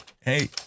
Hey